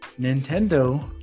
Nintendo